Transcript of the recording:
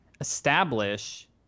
establish